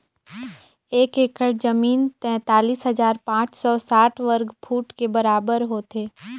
एक एकड़ जमीन तैंतालीस हजार पांच सौ साठ वर्ग फुट के बराबर होथे